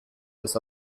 als